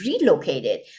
relocated